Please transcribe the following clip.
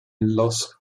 los